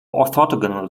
orthogonal